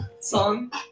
song